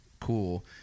cool